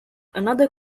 another